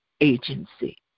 agency